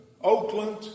Oakland